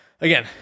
Again